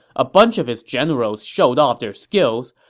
a bunch of his generals showed off their skills,